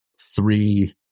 three